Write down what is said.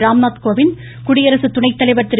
ராம்நாத் கோவிந்த் குடியரசு துணைத்தலைவர் திரு